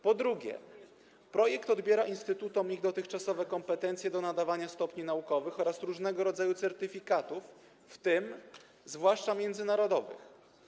Po drugie, projekt odbiera instytutom ich dotychczasowe kompetencje do nadawania stopni naukowych oraz różnego rodzaju certyfikatów, w tym zwłaszcza międzynarodowych.